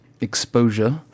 exposure